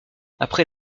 après